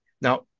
Now